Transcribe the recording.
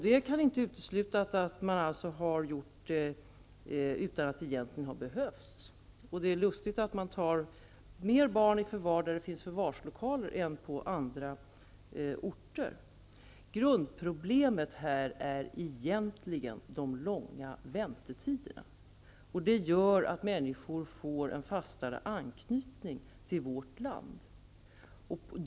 Det kan inte uteslutas att man har gjort det, utan att det egentligen har behövts. Det är lustigt att man tar fler barn i förvar där det finns förvarslokaler än på andra orter. Grundproblemet är egentligen de långa väntetiderna. De gör att människor får en fastare anknytning till vårt land.